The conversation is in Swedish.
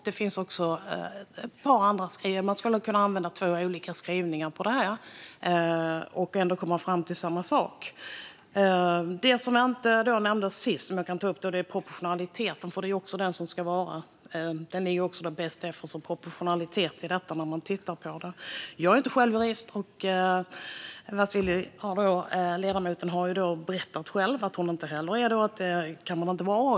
Det finns också ett par andra skrivningar för det här som man skulle kunna använda och ändå komma fram till samma sak. Det som inte nämndes senast men som jag tänkte ta upp är proportionaliteten. Det är ju också det som ska vara best effort i detta när man tittar på det. Jag är inte själv jurist, och ledamoten Vasiliki Tsouplaki har berättat att hon inte heller är det. Och alla kan ju inte vara det!